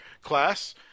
class